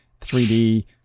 3D